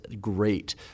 great